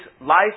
life